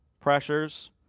pressures